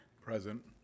Present